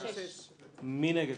מי נגד?